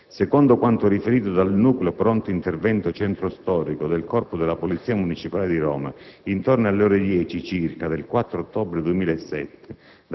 Secondo quanto riferito dal Nucleo pronto intervento centro storico del Corpo della polizia municipale di Roma, intorno alle ore 10 circa del 4 ottobre 2007,